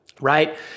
Right